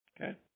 Okay